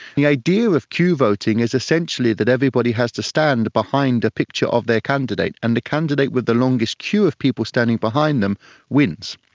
the idea of queue voting is essentially that everybody has to stand behind a picture of their candidate, and the candidate with the longest queue of people standing behind them wins.